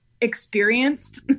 experienced